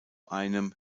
einem